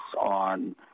on